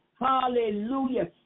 Hallelujah